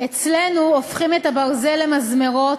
אצלנו הופכים את הברזל למזמרות,